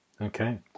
Okay